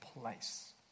place